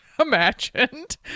imagined